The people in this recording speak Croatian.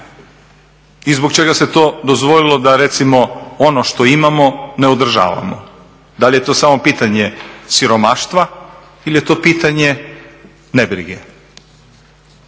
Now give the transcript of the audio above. I zbog čega se to dozvolilo da recimo ono što imamo ne održavamo? Da li je to samo pitanje siromaštva ili je to pitanje ne brige?